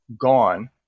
gone